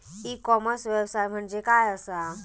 E commerce व्यवसाय म्हणजे काय असा?